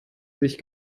sich